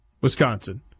Wisconsin